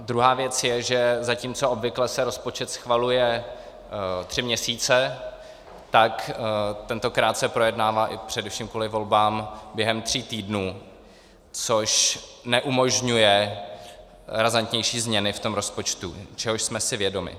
Druhá věc je, že zatímco obvykle se rozpočet schvaluje tři měsíce, tak tentokrát se projednává především kvůli volbám během tří týdnů, což neumožňuje razantnější změny v rozpočtu, čehož jsme si vědomi.